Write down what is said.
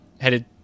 headed